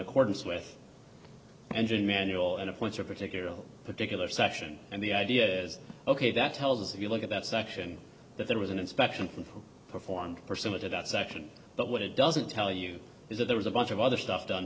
accordance with engine manual and appoints a particular particular section and the idea is ok that tells us if you look at that section that there was an inspection and performed for some of that section but what it doesn't tell you is that there was a bunch of other stuff done